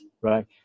right